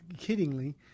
kiddingly